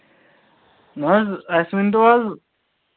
نہ حظ اَسہِ ؤنۍ تَو حظ